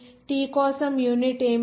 T కోసం unit ఏమిటి